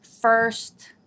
first